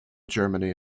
germany